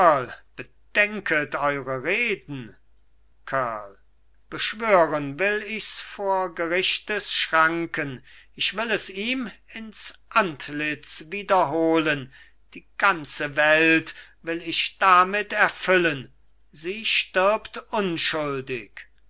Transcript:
bedenket eure reden kurl beschwören will ich's vor gerichtes schranken ich will es ihm ins antlitz wiederholen die ganze welt will ich damit erfüllen sie stirbt unschuldig